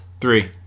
Three